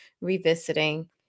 revisiting